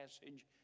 passage